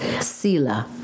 Sila